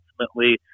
ultimately